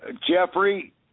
Jeffrey